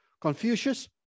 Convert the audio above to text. Confucius